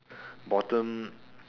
bottom